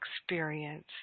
experience